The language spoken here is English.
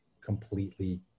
completely